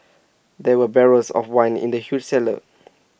there were barrels of wine in the huge cellar